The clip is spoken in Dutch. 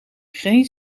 geen